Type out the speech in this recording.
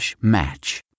match